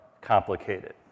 complicated